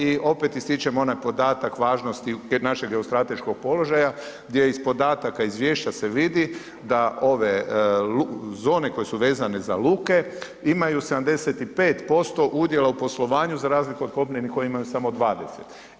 I opet ističem onaj podatak važnost našeg geostrateškog položaja gdje iz podataka izvješća se vidi da ove zone koje su vezane za luke imaju 75% udjela u poslovanju za razliku od kopnenih koje imaju samo 20.